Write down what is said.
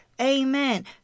Amen